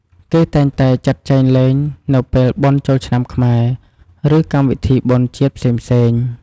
គេតែងតែចាត់ចែងលេងនៅពេលបុណ្យចូលឆ្នាំខ្មែរ ឬកម្មវិធីបុណ្យជាតិផ្សេងៗ។